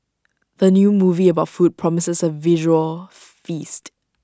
the new movie about food promises A visual feast